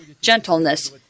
gentleness